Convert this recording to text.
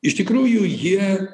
iš tikrųjų jie